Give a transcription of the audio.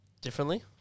differently